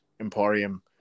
emporium